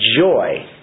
joy